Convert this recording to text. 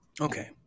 Okay